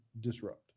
disrupt